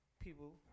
People